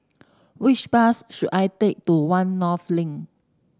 which bus should I take to One North Link